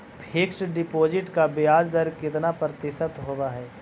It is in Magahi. फिक्स डिपॉजिट का ब्याज दर कितना प्रतिशत होब है?